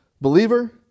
Believer